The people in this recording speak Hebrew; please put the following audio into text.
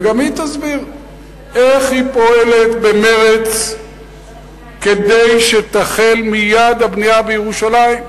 וגם היא תסביר איך היא פועלת במרץ כדי שתחל מייד הבנייה בירושלים.